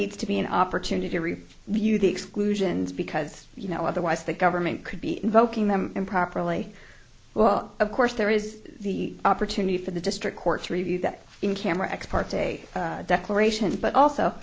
needs to be an opportunity for you the exclusions because you know otherwise the government could be invoking them improperly well of course there is the opportunity for the district court to review that in camera ex parte declarations but also